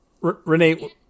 Renee